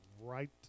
right